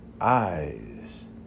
eyes